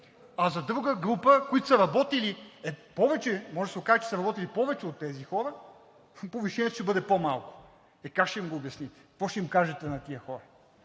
може да се окаже, че са работили повече от тези хора, повишението ще бъде по-малко. Е, как ще им го обясните, какво ще им кажете на тези хора?